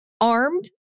armed